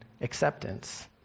acceptance